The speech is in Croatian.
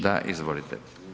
Da, izvolite.